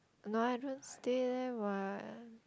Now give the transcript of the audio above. no I don't stay there what